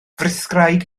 frithgraig